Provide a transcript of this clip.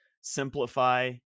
Simplify